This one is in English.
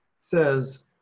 says